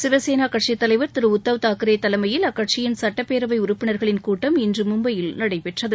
சிவசேனா கட்சி தலைவா் திரு உத்தவ் தாக்கரே தலைமையில் அக்கட்சியின் சுட்டப்பேரவை உறுப்பினர்களின் கூட்டம் இன்று மும்பையில் நடைபெற்றது